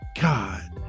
God